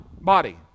body